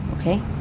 okay